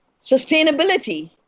sustainability